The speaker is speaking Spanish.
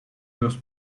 dos